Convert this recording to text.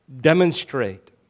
demonstrate